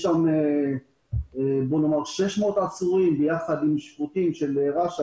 יש שם 600 עצירים יחד עם שפוטים של רש"ה